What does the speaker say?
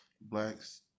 blacks